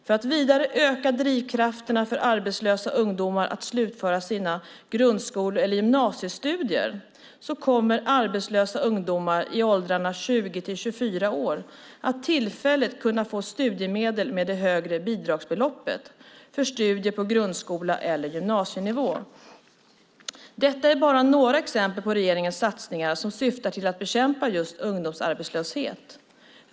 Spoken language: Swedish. För att vidare öka drivkrafterna för arbetslösa ungdomar att slutföra sina grundskole eller gymnasiestudier kommer arbetslösa ungdomar i åldrarna 20-24 år tillfälligt att kunna få studiemedel med den högre bidragsnivån för studier på grundskole och gymnasienivå. Detta är bara några exempel på regeringens satsningar som syftar till att bekämpa ungdomsarbetslösheten.